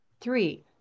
Three